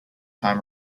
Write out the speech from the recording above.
time